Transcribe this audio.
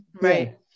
Right